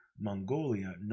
Mongolia